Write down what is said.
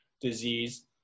disease